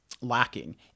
lacking